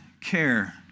care